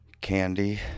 candy